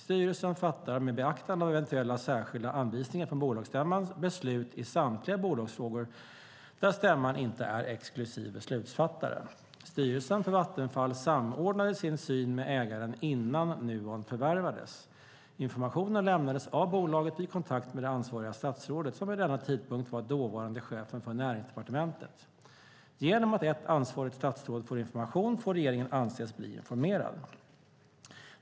Styrelsen fattar, med beaktande av eventuella särskilda anvisningar från bolagsstämman, beslut i samtliga bolagsfrågor där stämman inte är exklusiv beslutsfattare. Styrelsen för Vattenfall samordnade sin syn med ägaren innan Nuon förvärvades. Informationen lämnades av bolaget vid kontakt med det ansvariga statsrådet, som vid denna tidpunkt var dåvarande chefen för Näringsdepartementet. Genom att ett ansvarigt statsråd får information får regeringen anses bli informerad.